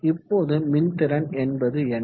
இப்போது மின்திறன் என்பது என்ன